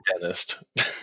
dentist